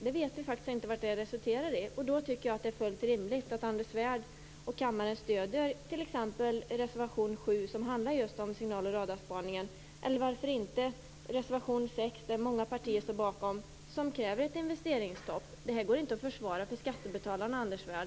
Vi vet faktiskt inte vad de handlingsvägarna resulterar i. Då tycker jag att det är fullt rimligt att 7, som handlar just om signal och radarspaningen, eller varför inte reservation 6 som många partier står bakom där man kräver ett investeringsstopp. Det här går inte att försvara för skattebetalarna, Anders Svärd.